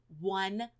one